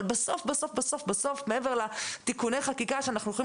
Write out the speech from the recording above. אבל בסוף מעבר לתיקוני החקיקה שאנחנו יכולים